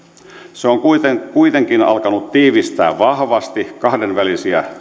se on kuitenkin kuitenkin alkanut tiivistää vahvasti kahdenvälisiä